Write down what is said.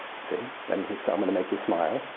see? and so i'm going to make you smile.